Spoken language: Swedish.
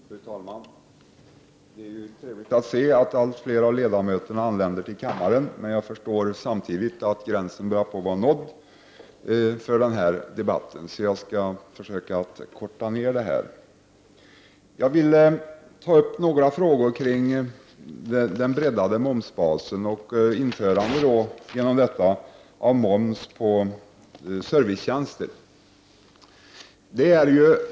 Fru talman! Det är trevligt att se att allt fler av ledamöterna anländer till kammaren, men jag förstår samtidigt att gränsen för den här debatten börjar bli nådd. Jag skall därför försöka att korta ner mitt anförande. Jag vill ta upp några frågor kring den breddade momsbasen och införandet av moms på servicetjänster.